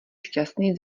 šťastný